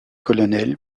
colonel